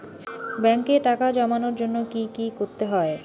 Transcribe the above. ব্যাংকে টাকা জমানোর জন্য কি কি করতে হয়?